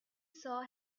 saw